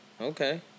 Okay